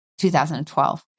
2012